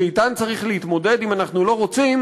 שאתן צריך להתמודד אם אנחנו לא רוצים